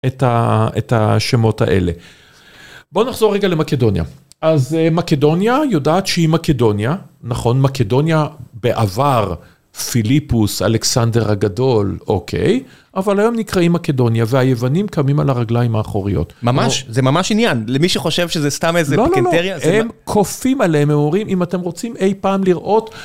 את השמות האלה. בואו נחזור רגע למקדוניה. אז מקדוניה, יודעת שהיא מקדוניה, נכון, מקדוניה בעבר פיליפוס, אלכסנדר הגדול, אוקיי. אבל היום נקראים מקדוניה, והיוונים קמים על הרגליים האחוריות. ממש, זה ממש עניין, למי שחושב שזה סתם איזה פיקנטריה. לא, לא, לא, הם כופים עליהם, הם אומרים, אם אתם רוצים אי פעם לראות.